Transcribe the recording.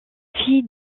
fille